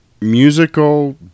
musical